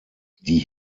die